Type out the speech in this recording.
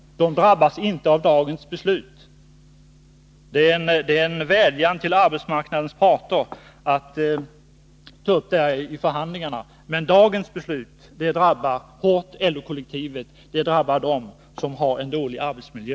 De drabbas inte av dagens beslut. Det finns en vädjan till arbetsmarknadens parter att ta upp detta i förhandlingar, men dagens beslut drabbar hårt LO-kollektivet, det drabbar dem som har en dålig arbetsmiljö.